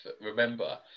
remember